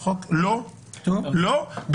לא, לא.